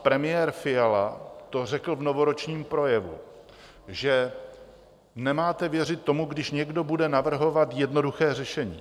Premiér Fiala to řekl v novoročním projevu, že nemáte věřit tomu, když někdo bude navrhovat jednoduché řešení.